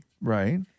Right